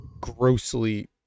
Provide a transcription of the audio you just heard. grossly